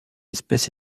espèce